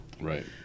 right